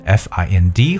find